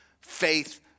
faith